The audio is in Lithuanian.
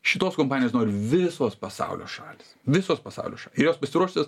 šitos kompanijos nori visos pasaulio šalys visos pasaulio ir jos pasiruošusios